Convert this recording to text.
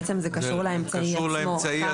בעצם זה קשור לאמצעי עצמו,